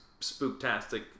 spooktastic